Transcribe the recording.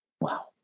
Wow